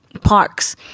parks